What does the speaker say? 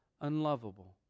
unlovable